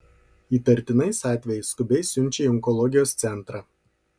įtartinais atvejais skubiai siunčia į onkologijos centrą